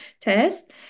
test